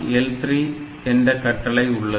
7 L3 என்ற கட்டளை உள்ளது